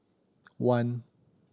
one